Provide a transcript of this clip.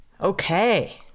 Okay